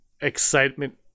excitement